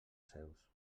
seus